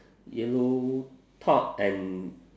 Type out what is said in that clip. yellow top and